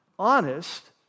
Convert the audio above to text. honest